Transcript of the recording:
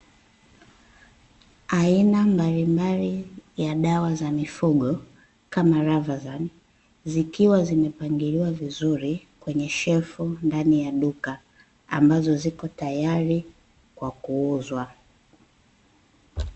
Aina mbalimbali, ya dawa za mifugo, kama "Levazan", zikiwa zimepangiliwa vizuri kwenye shelfu, ndani ya duka, ambazo ziko tayari kwa kuuzwa.